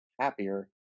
happier